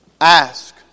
Ask